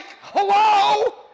hello